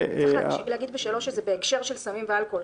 צריך להגיד לגבי המאבק באלימות שזה בהקשר של סמים ואלכוהול,